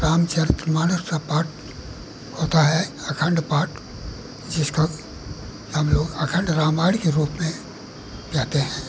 रामचरितमानस का पाठ होता है अखण्ड पाठ जिसका हमलोग अखण्ड रामायण के रूप में हैं